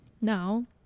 now